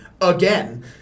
again